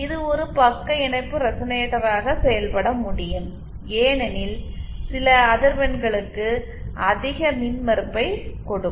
இது ஒரு பக்க இணைப்பு ரெசனேட்டராக செயல்பட முடியும் ஏனெனில் சில அதிர்வெண்களுக்கு அதிக மின்மறுப்பைக் கொடுக்கும்